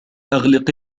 أغلق